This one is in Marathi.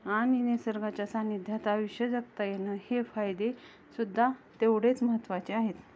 आणि निसर्गाच्या सान्निध्यात आयुष्य जगता येणं हे फायदे सुद्धा तेवढेच महत्त्वाचे आहेत